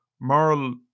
moral